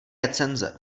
recenze